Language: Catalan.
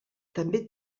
també